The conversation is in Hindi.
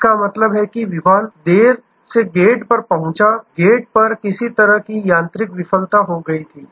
इसका मतलब है कि विमान देर से गेट पर पहुंचा गेट पर किसी तरह की यांत्रिक विफलता हो गई थी